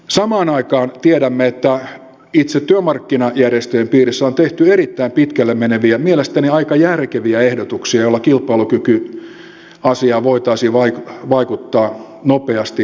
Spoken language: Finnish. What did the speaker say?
samaan aikaan tiedämme että itse työmarkkinajärjestöjen piirissä on tehty erittäin pitkälle meneviä mielestäni aika järkeviä ehdotuksia joilla kilpailukykyasiaan voitaisiin vaikuttaa nopeasti tässä ja nyt